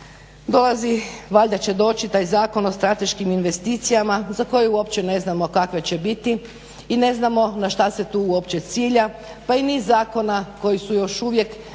dolazi, valjda će doći taj Zakon o strateškim investicijama za koji uopće ne znamo kakva će biti i ne znamo na šta se tu uopće cilja, pa i niz zakona koji su još uvijek u